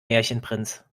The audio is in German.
märchenprinz